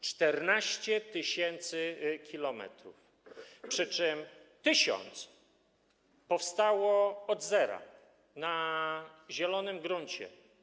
14 tys. km, przy czym 1000 km powstało od zera, na zielonym gruncie.